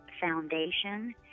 Foundation